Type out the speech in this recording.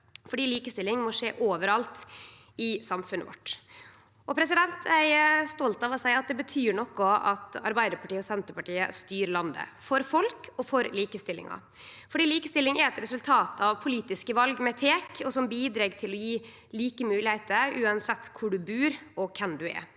likestilling må skje overalt i samfunnet vårt. Eg er stolt av å seie at det betyr noko at Arbeidarpartiet og Senterpartiet styrer landet – for folk og for likestillinga. Likestilling er eit resultat av politiske val vi tek, som bidreg til å gje like moglegheiter uansett kvar ein bur, og kven ein er.